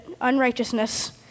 unrighteousness